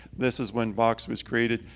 this was when box was created.